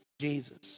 Jesus